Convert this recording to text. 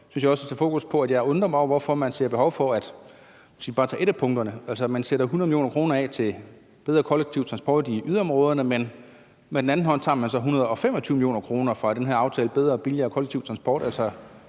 det. Hvis vi bare tager et af punkterne, sætter man 100 mio. kr. af til bedre kollektiv transport i yderområderne, mens man med den anden hånd så tager 125 mio. kr. fra den her aftale om bedre og billigere kollektiv transport.